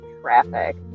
Traffic